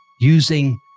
using